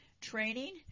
training